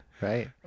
Right